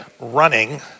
running